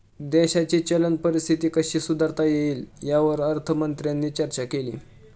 देशाची चलन परिस्थिती कशी सुधारता येईल, यावर अर्थमंत्र्यांनी चर्चा केली